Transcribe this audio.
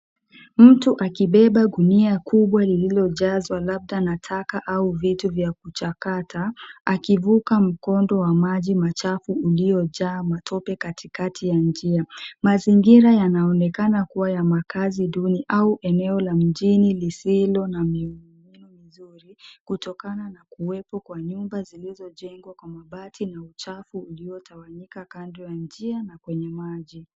Mtu akibeba gunia kubwa lililojazwa labda na taka aua vitu vya kuchakata akivuka mkondo wa maji machafu uliojaa matope katikati ya njia. Mazingira yanaonekana kuwa ya makazi duni aua eneo la mjini lisilo na miundombinu mzuri kutokana na kuwepo kwa nyuma zilizojengwa kwa mabati na uchafu uliotawanyika kando ya njia na kwenye maji.